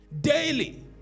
Daily